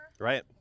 Right